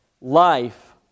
life